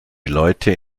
leute